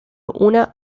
una